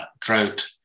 drought